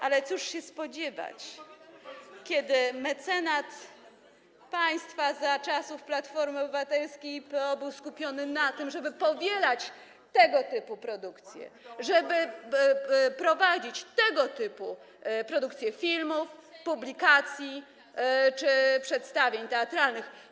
Ale czegóż się spodziewać, skoro mecenat państwa za czasów Platformy Obywatelskiej był skupiony na tym, żeby powielać tego typu produkcje, żeby prowadzić tego typu produkcję filmów, publikacji czy przedstawień teatralnych.